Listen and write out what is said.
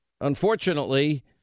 unfortunately